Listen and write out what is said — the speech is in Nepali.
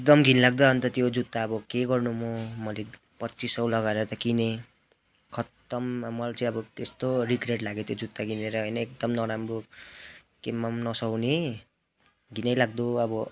एकदम घिलाग्दो अन्त त्यो जुत्ता आबो के गर्नु मो मैले पच्चिस सौ लगाएर त किनेँ खत्तम मैले चाहिँ अब त्यस्तो रिग्रेट लाग्यो त्यो जुत्ता किनेर होइन एकदम नराम्रो केहीमा पनि न सुहाउने घिनै लाग्दो अब